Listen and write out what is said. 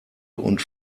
und